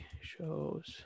shows